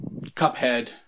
cuphead